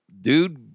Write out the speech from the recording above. dude